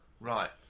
Right